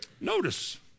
Notice